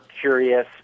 curious